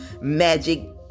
magic